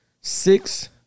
Six